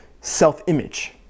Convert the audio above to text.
self-image